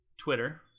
Twitter